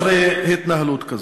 אחרי התנהלות כזו.